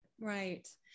Right